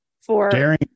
for-